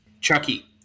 Chucky